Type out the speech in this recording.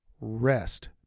rest